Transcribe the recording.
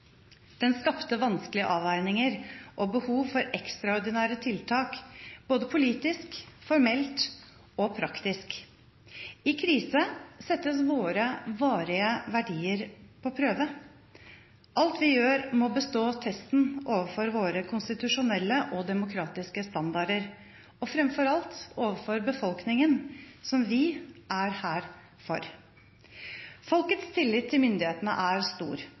Den skapte vanskelige avveininger og behov for ekstraordinære tiltak både politisk, formelt og praktisk. I krise settes våre varige verdier på prøve. Alt vi gjør, må bestå testen overfor våre konstitusjonelle og demokratiske standarder og fremfor alt overfor befolkningen, som vi er her for. Folkets tillit til myndighetene er stor,